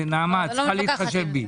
נעמה, את צריכה להתחשב בי.